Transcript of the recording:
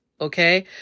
Okay